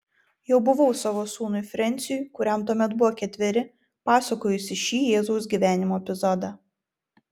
jau buvau savo sūnui frensiui kuriam tuomet buvo ketveri pasakojusi šį jėzaus gyvenimo epizodą